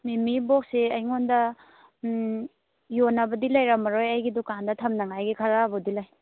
ꯃꯤꯃꯤ ꯕꯣꯛꯁꯁꯤ ꯑꯩꯉꯣꯟꯗ ꯌꯣꯟꯅꯕꯗꯤ ꯂꯩꯔꯝꯃꯣꯏ ꯑꯩꯒꯤ ꯗꯨꯀꯥꯟꯗ ꯊꯝꯅꯉꯥꯏꯒꯤ ꯈꯔꯕꯨꯗꯤ ꯂꯩ